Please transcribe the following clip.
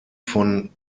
von